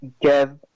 give